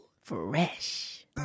Fresh